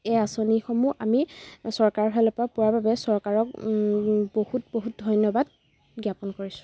এই আঁচনিসমূহ আমি চৰকাৰ ফালৰ পৰা পোৱাৰ বাবে চৰকাৰক বহুত বহুত ধন্যবাদ জ্ঞাপন কৰিছোঁ